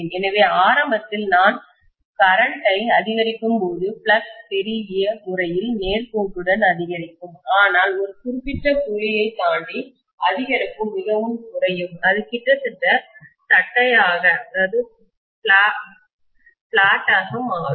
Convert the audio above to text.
எனவே ஆரம்பத்தில் நான் கரண்ட்டை மின்னோட்டத்தை அதிகரிக்கும்போது ஃப்ளக்ஸ் பெருகிய முறையில் நேர்கோட்டுடன் அதிகரிக்கும் ஆனால் ஒரு குறிப்பிட்ட புள்ளியைத் தாண்டி அதிகரிப்பு மிகவும் குறையும் அது கிட்டத்தட்ட ஃபிளாட் ஆக தட்டையாக மாறும்